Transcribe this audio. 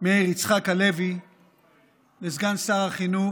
מאיר יצחק הלוי לסגן שרת החינוך,